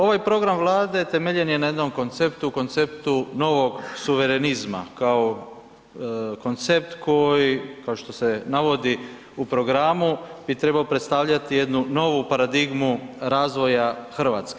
Ovaj program vlade temeljen je na jednom konceptu, konceptu novog suverenizma kao koncept koji, kao što se navodi u programu, bi trebao predstavljati jednu novu paradigmu razvoja RH.